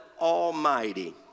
Almighty